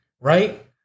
right